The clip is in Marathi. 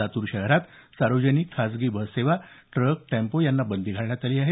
लातूर शहरात सार्वजनिक खासगी बस सेवा ट्रक टेम्पो यांना बंदी घालण्यात आली आहे